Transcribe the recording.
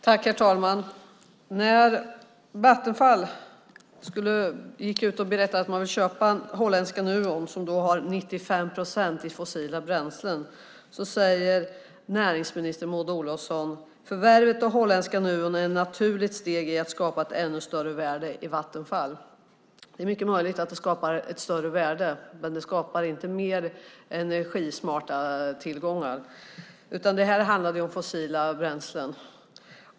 Herr talman! När Vattenfall gick ut och berättade att man ville köpa holländska Nuon, som har 95 procent i fossila bränslen, sade näringsminister Maud Olofsson: Förvärvet av holländska Nuon är ett naturligt steg i att skapa ett ännu större värde i Vattenfall. Det är mycket möjligt att det skapar ett större värde, men det skapar inte mer energismarta tillgångar. Det här handlade ju om fossila bränslen.